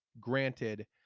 granted